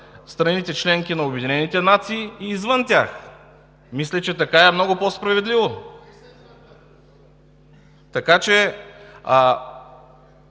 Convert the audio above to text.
страните – членки на Обединените нации и извън тях“. Мисля, че така е много по-справедливо! ПЛАМЕН